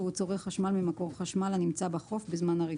והוא צורך חשמל ממקור חשמל הנמצא בחוף בזמן הריתוק".